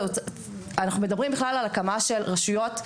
אנחנו מדברים על הקמה של רשויות,